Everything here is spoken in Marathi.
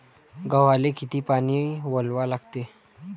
गव्हाले किती पानी वलवा लागते?